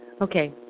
Okay